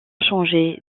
changé